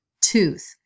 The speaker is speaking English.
tooth